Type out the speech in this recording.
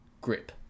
Grip